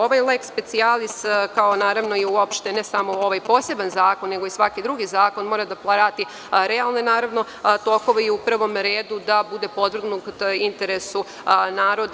Ovaj leks specijalis kao naravno i uopšte, ne samo ovaj poseban zakon nego i svaki drugi zakon mora da prati realne tokove i u prvom redu da bude podvrgnut interesu naroda.